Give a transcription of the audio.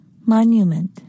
Monument